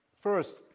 First